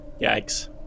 Yikes